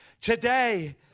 today